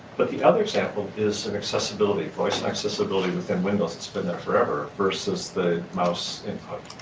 but the other example is an accessibility, voice accessibility within windows, it's been there forever versus the mouse input.